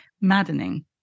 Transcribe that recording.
maddening